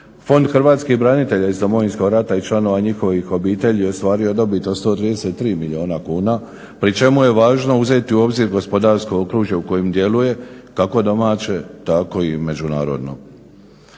Fond hrvatskih branitelja iz Domovinskog rata i članova njihovih obitelji ostvario je dobit od 133 milijuna kuna, pri čemu je važno uzeti u obzir gospodarsko okružje u kojem djeluje, kako domaće tako i međunarodno.